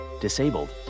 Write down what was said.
disabled